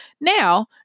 Now